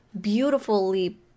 beautifully